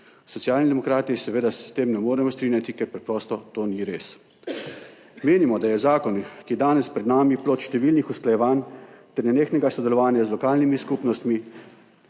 Socialni demokrati se seveda s tem ne moremo strinjati, ker preprosto to ni res. Menimo, da je zakon, ki je danes pred nami, plod številnih usklajevanj ter nenehnega sodelovanja z lokalnimi skupnostmi,